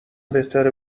بهتره